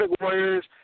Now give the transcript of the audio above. Warriors